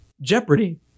jeopardy